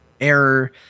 error